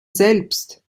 selbst